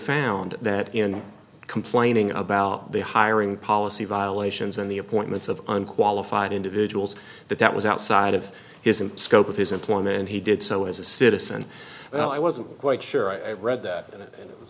found that in complaining about the hiring policy violations and the appointments of unqualified individuals that that was outside of his in scope of his employment and he did so as a citizen well i wasn't quite sure i read that and it was